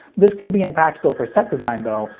this could be impractical for set design, though,